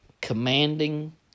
commanding